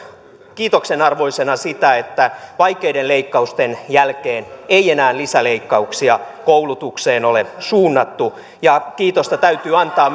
kiitoksen arvoisena sitä että vaikeiden leikkausten jälkeen ei enää lisäleikkauksia koulutukseen ole suunnattu kiitosta täytyy antaa